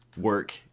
work